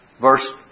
verse